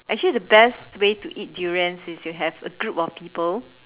actually the best way to eat durians is you have a group of people